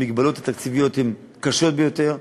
המגבלות התקציביות קשות ביותר,